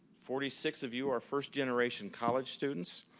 forty six of you are first-generation college students,